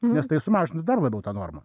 nes tai sumažina dar labiau tą normą